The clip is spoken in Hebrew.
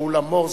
שאול עמור,